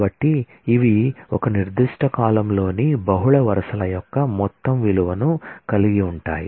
కాబట్టి ఇవి ఒక నిర్దిష్ట కాలమ్లోని బహుళ వరుసల యొక్క మొత్తం విలువలను కలిగి ఉంటాయి